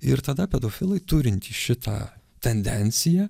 ir tada pedofilai turintys šitą tendenciją